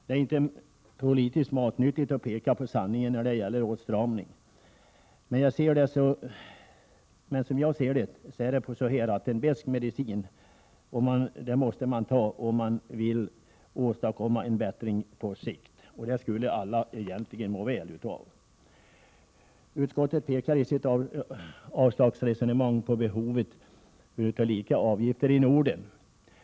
Det är inte politiskt matnyttigt att peka på sanningen när det gäller åtstramning, men som jag ser det måste man ta en besk medicin om man vill åstadkomma bättring på sikt. Det skulle alla egentligen må väl av. Utskottet pekar i sitt resonemang på behovet av lika avgifter i Norden.